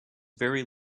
very